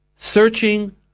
Searching